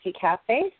cafe